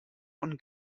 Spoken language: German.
von